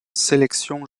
sélections